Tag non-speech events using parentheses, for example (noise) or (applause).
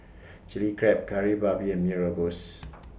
Chilli Crab Kari Babi and Mee Rebus (noise)